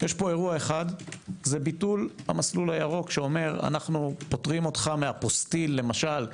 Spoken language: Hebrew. אירוע אחד זה ביטול המסלול הירוק שאומר: אנו פוטרים אותך מאפוסטיל למשל,